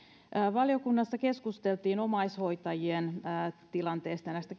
valiokunnassa keskusteltiin omaishoitajien tilanteesta näistä